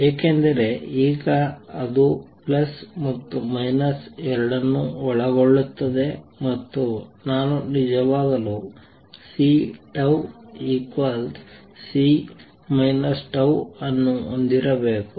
ಏಕೆಂದರೆ ಈಗ ಅದು ಪ್ಲಸ್ ಮತ್ತು ಮೈನಸ್ ಎರಡನ್ನೂ ಒಳಗೊಳ್ಳುತ್ತದೆ ಮತ್ತು ನಾನು ನಿಜವಾಗಲು C C τ ಅನ್ನು ಹೊಂದಿರಬೇಕು